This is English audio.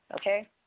Okay